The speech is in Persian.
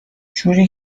جوری